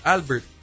Albert